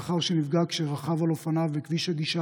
לאחר שנפגע כשרכב על אופניו בכביש הגישה